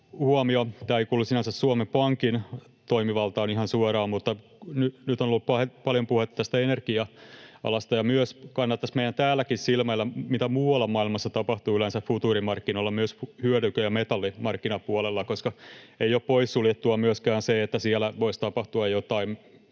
huomio: Tämä ei kuulu sinänsä Suomen Pankin toimivaltaan ihan suoraan, mutta nyt on ollut paljon puhetta energia-alasta, ja myös kannattaisi meidän täälläkin silmäillä, mitä muualla maailmassa tapahtuu yleensä futuurimarkkinoilla, myös hyödyke- ja metallimarkkinapuolella, koska ei ole poissuljettua myöskään se, että siellä voisi tapahtua jotain,